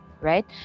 right